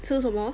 吃什么